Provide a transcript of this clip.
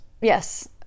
Yes